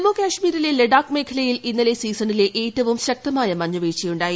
ജമ്മുകശ്മീരിലെ ലഡാക്ക് മേഖലയിൽ ഇന്നലെ സീസണിലെ ഏറ്റവും ശക്തമായ മഞ്ഞ് വീഴ്ച ഉണ്ടായി